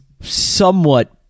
somewhat